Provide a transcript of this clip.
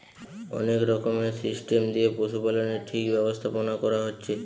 অনেক রকমের সিস্টেম দিয়ে পশুপালনের ঠিক ব্যবস্থাপোনা কোরা হচ্ছে